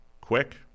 quick